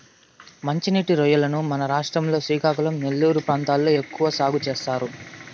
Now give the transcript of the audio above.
మంచి నీటి రొయ్యలను మన రాష్ట్రం లో శ్రీకాకుళం, నెల్లూరు ప్రాంతాలలో ఎక్కువ సాగు చేస్తారు